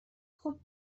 خوب